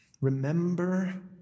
remember